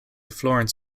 florence